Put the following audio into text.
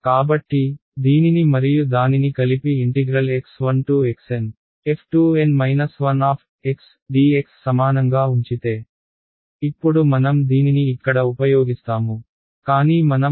కాబట్టి దీనిని మరియు దానిని కలిపి x1xNf2N 1dx సమానంగా ఉంచితే ఇప్పుడు మనం దీనిని ఇక్కడ ఉపయోగిస్తాము కానీ మనం r భర్తీ చేయగలం